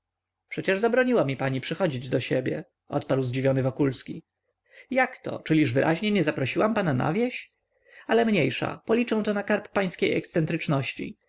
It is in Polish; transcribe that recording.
przecież zabroniła mi pani przychodzić do siebie odparł zdziwiony wokulski jakto czyliż wyraźnie nie zaprosiłam pana na wieś ale mniejsza policzę to na karb pańskiej